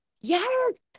Yes